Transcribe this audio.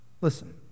Listen